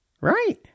Right